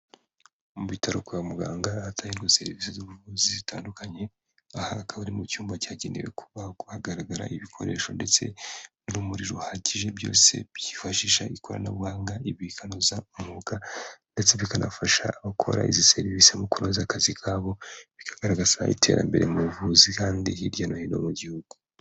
Mu bitaro kwa muganga, ahatangirwa serivisi z'ubuvuzi zitandukanye, aha hakaba ari mu cyumba cyagenewe kubagwa, hagaragara ibikoresho ndetse n'urumuri ruhagije byose byifashisha ikoranabuhanga, ibi bikanoza umwuga ndetse bikanafasha abakora izi serivisi mu kunoza akazi kabo, bikagaragaza iterambere mu buvuzi kandi hirya no hino mu gihugu.